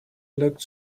looked